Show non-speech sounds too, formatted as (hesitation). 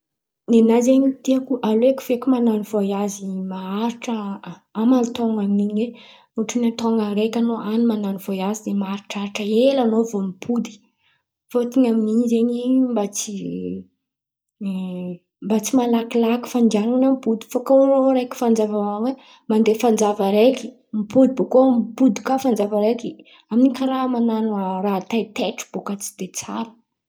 Ny nahy zen̈y tiàko aleoko feky man̈ano vôiazy maharitra a- aman-taon̈on’iny ai. Ohatrin’ny hoe taon̈a araiky an̈ao an̈y man̈ano vôiazy de maharitraritra ela an̈ao vô mipody. Fotony amin’in̈y zen̈y mba tsy (hesitation) mba tsy malakilaky fandianan̈a mipody. Fa koa an̈ao araiky fanjava fa koa an̈ao araiky mandeha fanjava araiky mipody bakô mipody kà fanjava araiky, amin’in̈y karà man̈ano raha taitaitry bôka tsy de tsara.